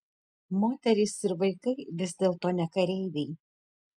moterys ir vaikai vis dėlto ne kareiviai